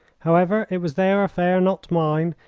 however, it was their affair, not mine,